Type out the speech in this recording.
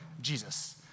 Jesus